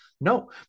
No